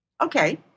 okay